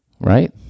right